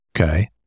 Okay